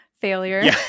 failure